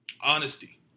honesty